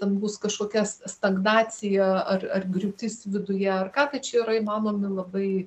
ten bus kažkokia stagnacija ar ar griūtis viduje ar ką tai čia yra įmanomi labai